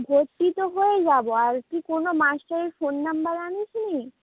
ভর্তি তো হয়ে যাবো আর কি কোনো মাস্টারের ফোন নম্বর আনিস নি